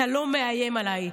אתה לא מאיים עליי.